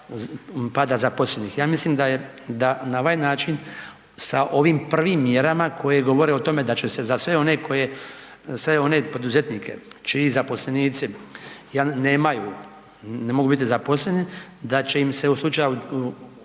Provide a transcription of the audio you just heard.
pada zaposlenih. Ja mislim da na ovaj način sa ovim prvim mjerama koje govore o tome da će se za sve one poduzetnike čiji zaposlenici nemaju, ne mogu biti zaposleni, da će im se u slučaju